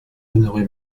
honoré